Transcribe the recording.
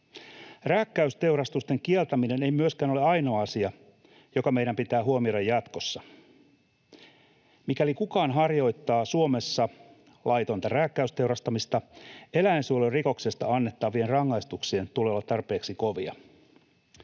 Rääkkäysteurastusten kieltäminen ei myöskään ole ainoa asia, joka meidän pitää huomioida jatkossa. Mikäli kukaan harjoittaa Suomessa laitonta rääkkäysteurastamista, eläinsuojelurikoksesta annettavien rangaistusten tulee olla tarpeeksi kovia.